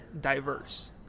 diverse